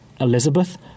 Elizabeth